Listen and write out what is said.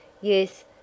Yes